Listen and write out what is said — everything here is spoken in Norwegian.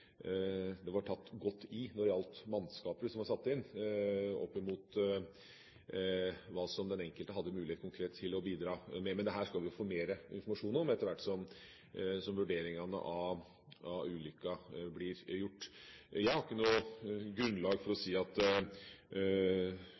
det var tatt godt i når det gjaldt mannskaper som var satt inn, oppimot hva den enkelte konkret hadde mulighet til å bidra med. Men dette skal vi få mer informasjon om etter hvert som vurderingene av ulykken blir gjort. Jeg har ikke noe grunnlag for å